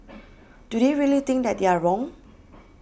do they really think that they are wrong